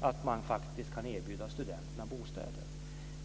att de faktiskt kan erbjuda studenterna bostäder.